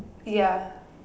ya